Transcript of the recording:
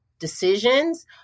decisions